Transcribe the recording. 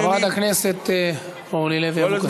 חברת הכנסת אורלי לוי אבקסיס.